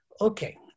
Okay